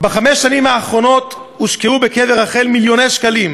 בחמש השנים האחרונות הושקעו בקבר רחל מיליוני שקלים,